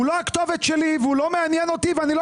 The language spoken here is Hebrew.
הוא לא הכתובת שלי והוא לא מעניין אותי ואני לא